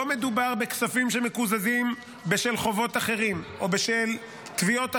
לא מדובר בכספים שמקוזזים בשל חובות אחרים או בשל תביעות אחרות.